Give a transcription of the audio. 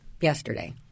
yesterday